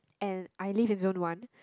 and I live in zone one